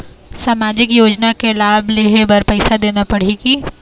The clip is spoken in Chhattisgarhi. सामाजिक योजना के लाभ लेहे बर पैसा देना पड़ही की?